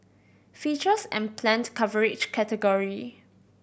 features and planned coverage category